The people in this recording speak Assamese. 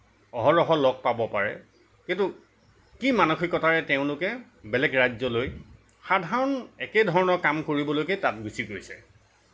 অহৰহ লগ পাব পাৰে কিন্তু কি মানসিকতাৰে তেওঁলোকে বেলেগ ৰাজ্যলৈ সাধাৰণ একে ধৰণৰ কাম কৰিবলৈকে তাত গুচি গৈছে